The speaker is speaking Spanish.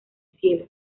cielo